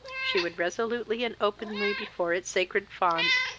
she would resolutely and openly, before its sacred front,